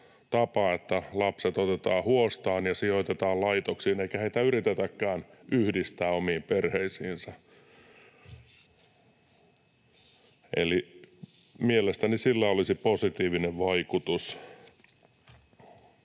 että lapset otetaan huostaan ja sijoitetaan laitoksiin eikä heitä yritetäkään yhdistää omiin perheisiinsä. Eli mielestäni sillä olisi positiivinen vaikutus.